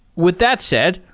with that said,